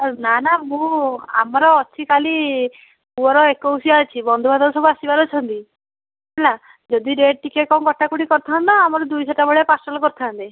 ଆଉ ନା ନା ମୁଁ ଆମର ଅଛି କାଲି ପୁଅର ଏକୋଶିଆ ଅଛି ବନ୍ଧୁବାନ୍ଧବ ସବୁ ଆସିବାର ଅଛନ୍ତି ହେଲା ଯଦି ରେଟ୍ ଟିକିଏ କଣ କଟା କଟି କରିଥାନ୍ତା ଆମର ଦୁଇ ଶହଟା ଭଳିଆ ପାର୍ସଲ କରିଥାନ୍ତେ